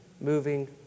moving